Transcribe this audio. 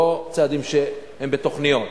לא צעדים שהם בתוכניות,